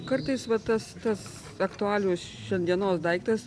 kartais va tas tas aktualus šiandienos daiktas